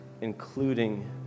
including